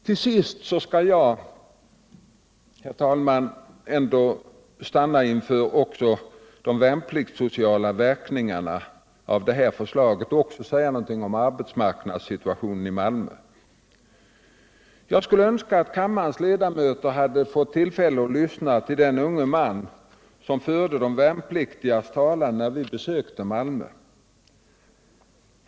Till sist skall jag, herr talman, ett ögonblick stanna inför de värnpliktssociala verkningarna av detta förslag och också säga någonting om arbetsmarknadssituationen i Malmö. Jag skulle önska att kammarens ledamöter hade fått tillfälle att lyssna till den unge man som förde de värnpliktigas talan när vi besökte Malmö.